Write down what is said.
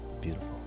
Beautiful